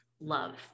Love